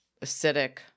acidic